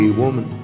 woman